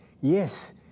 Yes